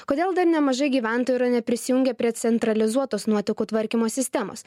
kodėl dar nemažai gyventojų yra neprisijungę prie centralizuotos nuotekų tvarkymo sistemos